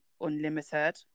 unlimited